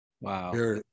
Wow